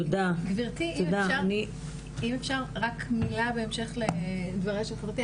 גברתי אם אפשר רק מילה בהמשך לדבריה של חברתי?